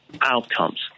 outcomes